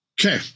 Okay